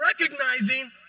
recognizing